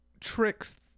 tricks